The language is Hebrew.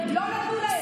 לא נתנו להן.